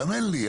האמן לי,